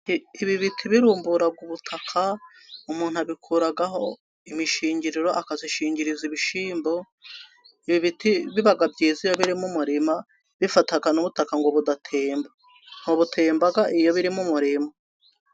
Ibi bitibirumbura ubutaka. Umuntu abikuraho imishingiriro, akazishingiriza ibishyimbo. Ibi biti biba byiza iyo biri mu murima, bifata n’ubutaka ngo budatemba. Ntabwo butemba iyo biri mu murima.